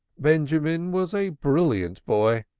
benjamin was a brilliant boy,